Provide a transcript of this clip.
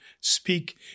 speak